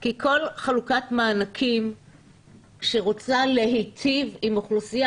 כי כל חלוקת מענקים שרוצה להיטיב עם אוכלוסייה,